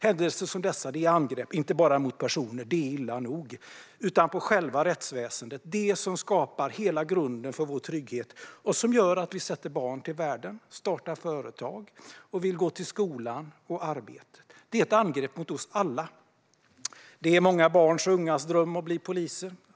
Händelser som dessa är angrepp inte bara mot personer - det är illa nog - utan mot själva rättsväsendet, som skapar hela grunden för vår trygghet och gör att vi sätter barn till världen, startar företag och vill gå till skolan och arbetet. Det är angrepp mot oss alla! Det är många barns och ungas dröm att bli polis.